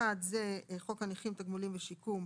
(1)חוק הנכים (תגמולים ושיקום),